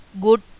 good